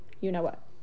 you-know-what